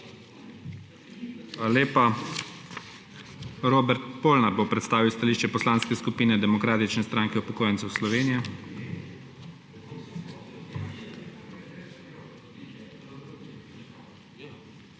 lepa. Robert Polnar bo predstavil stališče Poslanske skupine Demokratične stranke upokojencev Slovenije.